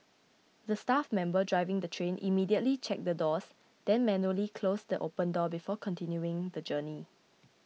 the staff member driving the train immediately checked the doors then manually closed the open door before continuing the journey